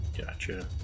Gotcha